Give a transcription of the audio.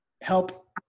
Help